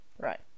Right